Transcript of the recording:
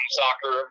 soccer